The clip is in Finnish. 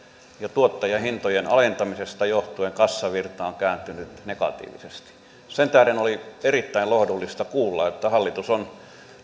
tuottajahintojen alentamisesta johtuen kassavirta on kääntynyt negatiiviseksi sen tähden oli erittäin lohdullista kuulla että hallitus on